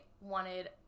wanted